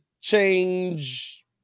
change